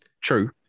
true